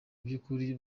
by’ukuri